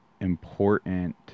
important